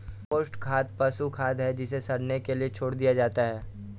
compost खाद पशु खाद है जिसे सड़ने के लिए छोड़ दिया जाता है